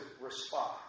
respond